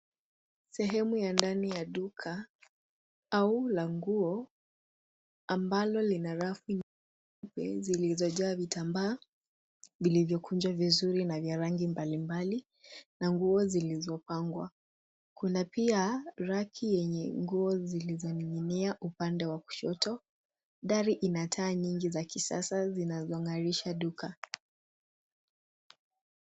Sehemu ya ndani ya duka au la nguo ambalo lina rafu . .zilizojaa vitambaa vilivyokunjwa vizuri na yenye rangi mbalimbali na nguo zilizopangwa. Kuna pia raki yenye nguo zilizoning'inia upande wa kushoto. Dari ina taa nyingi za kisasa zinazong'arisha duka.